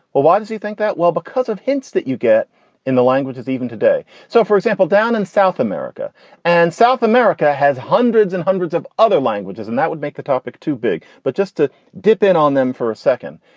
well why does he think that? well, because of hints that you get in the languages even today. so for example, down in south america and south america has hundreds and hundreds of other languages and that would make the topic too big. but just to dip in on them for a second,